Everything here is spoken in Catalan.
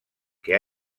que